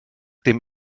dem